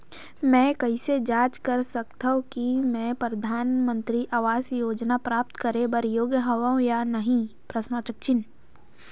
मैं कइसे जांच सकथव कि मैं परधानमंतरी आवास योजना प्राप्त करे बर योग्य हववं या नहीं?